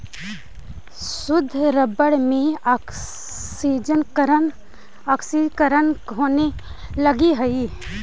शुद्ध रबर में ऑक्सीकरण होवे लगऽ हई